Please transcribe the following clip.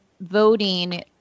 voting